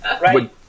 right